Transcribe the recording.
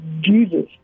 Jesus